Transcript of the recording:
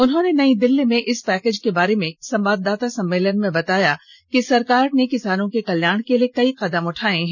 उन्होंने नई दिल्ली में इस पैकेज के बारे में संवाददाता सम्मेलन में बताया कि सरकार ने किसानों के कल्याण के लिए कई कदम उठाये हैं